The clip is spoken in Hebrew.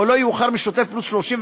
או לא יאוחר משוטף פלוס 30,